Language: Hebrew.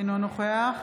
אינו נוכח